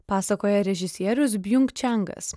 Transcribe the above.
pasakoja režisierius bjunk čengas